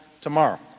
tomorrow